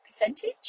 percentage